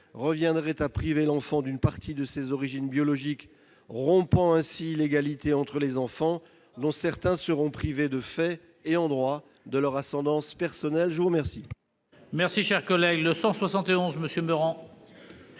reviendrait à priver l'enfant d'une partie de ses origines biologiques, rompant ainsi l'égalité entre les enfants, dont certains seront privés de fait et en droit de leur ascendance personnelle. La parole